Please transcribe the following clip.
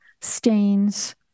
stains